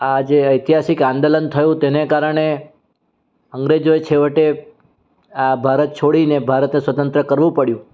આજે ઐતિહાસિક આંદોલન થયું તેને કારણે અંગ્રેજો એ છેવટે આ ભારત છોડીને ભારતને સ્વતંત્ર કરવું પડ્યું